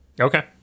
Okay